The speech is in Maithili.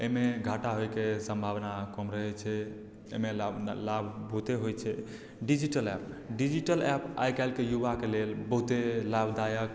एहिमे घाटा होइके सम्भावना कम रहैत छै एहिमे लाभ लाभ बहुते होइत छै डिजिटल एप्प डिजिटल एप्प आइकाल्हिके युवाके लेल बहुते लाभदायक